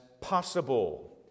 possible